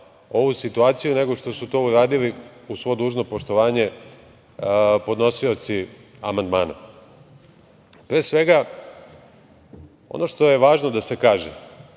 ovu situaciju nego što su to uradili, uz svo dužno poštovanje, podnosioci amandmana. Pre svega, ono što je važno da se kaže,